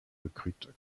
recrute